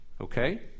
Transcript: Okay